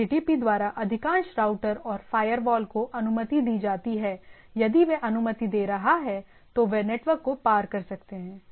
HTTP द्वारा अधिकांश router और फायरवॉल को अनुमति दी जाती है यदि वे अनुमति दे रहा हैं तो वे नेटवर्क को पार कर सकते हैं